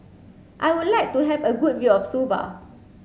I would like to have a good view of Suva